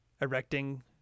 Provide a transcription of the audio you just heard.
erecting